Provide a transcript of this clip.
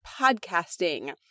podcasting